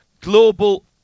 Global